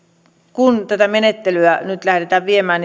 kun tätä menettelyä nyt lähdetään viemään